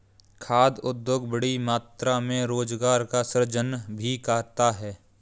खाद्य उद्योग बड़ी मात्रा में रोजगार का सृजन भी करता है